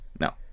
No